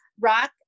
rock